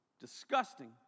Disgusting